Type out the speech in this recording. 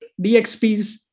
DXPs